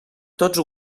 tots